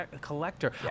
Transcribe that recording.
Collector